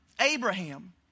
Abraham